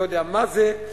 לא יודע מה זה,